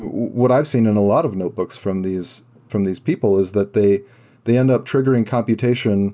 what i've seen in a lot of notebooks from these from these people is that they they end up triggering computation